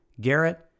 Garrett